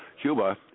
cuba